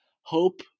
hope